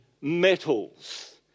metals